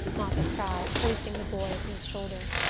moffatt cried, hoisting the boy to his shoulder.